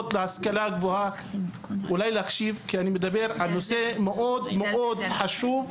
אני מדבר על נושא חשוב,